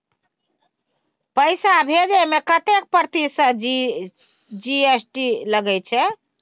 पैसा भेजै में कतेक प्रतिसत जी.एस.टी लगे छै?